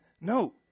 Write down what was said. No